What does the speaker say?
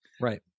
right